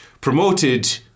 promoted